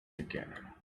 together